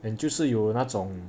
and 就是有那种